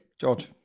George